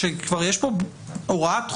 כשכבר יש פה הוראת חוק,